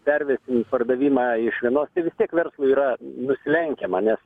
pervesim pardavimą iš vienos tai vis tiek verslui yra nusilenkiama nes